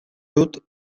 dut